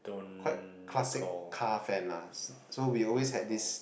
quite classic car fan lah so we always had this